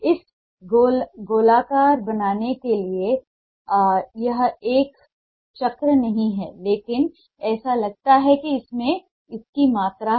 इसे गोलाकार बनाने के लिए यह अब एक चक्र नहीं है लेकिन ऐसा लगता है कि इसमें इसकी मात्रा है